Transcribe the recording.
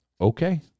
okay